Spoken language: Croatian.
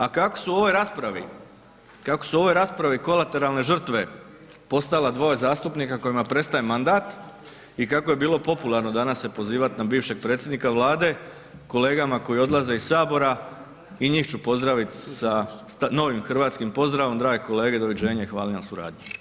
A kako su u ovoj raspravi, kako su u ovoj raspravi kolateralne žrtve postala dva zastupnika kojima prestaje mandat i kako je bilo popularno danas se pozivat na bivšeg predsjednika vlade kolegama koji odlaze iz sabora i njih ću pozdravit sa novim hrvatskim pozdravom, drage kolege doviđenja i hvala na suradnji.